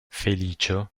feliĉo